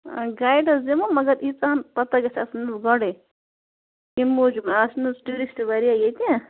guide حظ دِمو مگر ییٖژاہَن پتہ گژھِ آسٕنۍ گۄڈَے تَمہِ موٗجوٗب آز چھِنہٕ حظ ٹوٗرِسٹ واریاہ ییٚتہِ